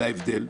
אלא הבדל,